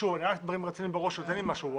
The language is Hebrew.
דברים רצים לי בראש, עוד אין לי משהו.